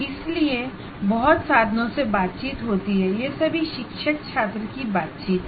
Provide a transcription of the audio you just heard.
इन सभी साधनों से जो भी बातचीत होती है वे सभी टीचर स्टुडेंट इंटरेक्शन हैं